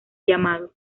llamado